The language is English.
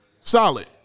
Solid